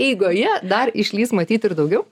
eigoje dar išlys matyt ir daugiau